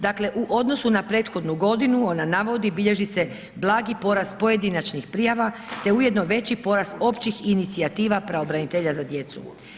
Dakle, u odnosu na prethodnu godinu ona navodi, bilježi se blagi porast pojedinačnih prijava, te ujedno veći porast općih inicijativa pravobranitelja za djecu.